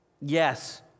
Yes